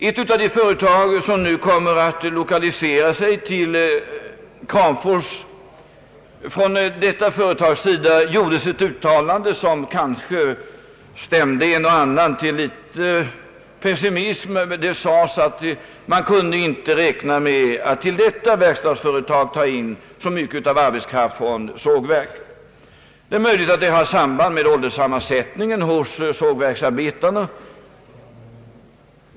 Ett av de företag, som nu kommer att lokaliseras till Kramfors, gjorde ett uttalande som kanske stämde en och annan till litet pessimism. Det sades att man inte kunde räkna med att till detta verkstadsföretag ta in så mycket arbetskraft från sågverk. Det är möjligt att detta har samband med ålderssammansättningen hos sågverksarbetarna.